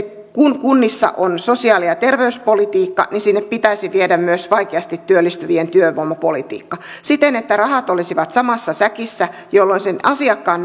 kun kunnissa on sosiaali ja terveyspolitiikka sinne pitäisi viedä myös vaikeasti työllistyvien työvoimapolitiikka siten että rahat olisivat samassa säkissä jolloin sen asiakkaan